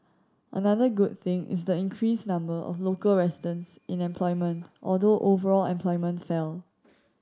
another good thing is the increased number of local residents in employment although overall employment fell